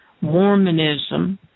Mormonism